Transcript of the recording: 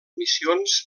missions